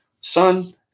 Son